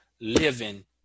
living